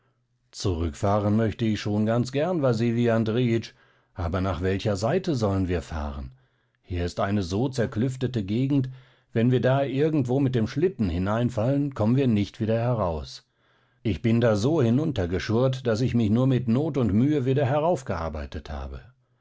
zurückfahren möchte ich schon ganz gern wasili andrejitsch aber nach welcher seite sollen wir fahren hier ist eine so zerklüftete gegend wenn wir da irgendwo mit dem schlitten hineinfallen kommen wir nicht wieder heraus ich bin da so hinuntergeschurrt daß ich mich nur mit not und mühe wieder heraufgearbeitet habe